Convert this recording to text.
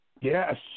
Yes